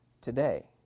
today